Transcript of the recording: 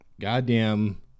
goddamn